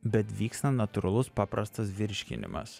bet vyksta natūralus paprastas virškinimas